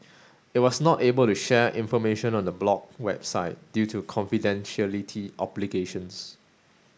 it was not able to share information on the blocked website due to confidentiality obligations